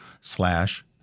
slash